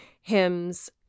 hymns